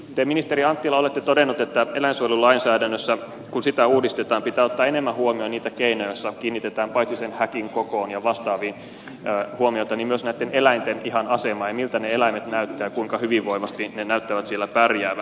te ministeri anttila olette todennut että kun eläinsuojelulainsäädäntöä uudistetaan pitää ottaa enemmän huomioon niitä keinoja joissa kiinnitetään huomiota paitsi häkin kokoon ja vastaaviin myös ihan näitten eläinten asemaan miltä ne eläimet näyttävät ja kuinka hyvinvoivasti ne näyttävät siellä pärjäävän